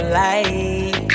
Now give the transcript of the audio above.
light